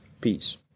Peace